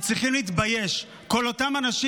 לכם מותר להגיד מה שאתם רוצים,